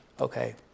okay